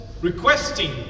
requesting